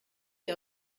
sie